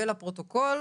ולפרוטוקול